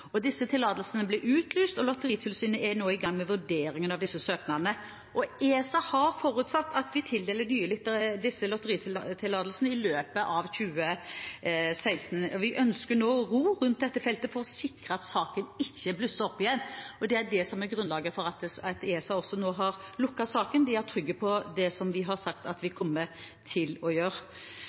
Tillatelsene ble utlyst, og Lotteritilsynet er nå i gang med vurderingen av disse søknadene. ESA har forutsatt at vi tildeler disse lotteritillatelsene i løpet av 2016. Vi ønsker nå ro rundt dette feltet for å sikre at saken ikke blusser opp igjen, og det er det som er grunnlaget for at ESA nå har lukket saken. De er trygge på det som vi har sagt at vi kommer til å gjøre.